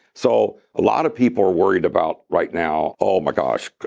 so a lot of people are worried about right now, oh my gosh,